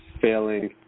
failing